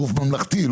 גוף ממלכתי,